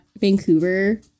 Vancouver